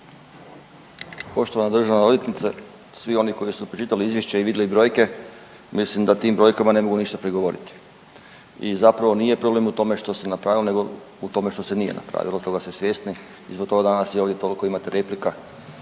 Poštovana državna odvjetnice. Svi oni koji su pročitali Izvješće i vidli brojke, mislim da tim brojkama ne mogu ništa prigovoriti. I zapravo nije problem u tome što se napravilo nego u tome što se nije napravilo, toga ste svjesni i zbog toga danas i ovdje toliko imate replika